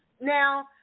Now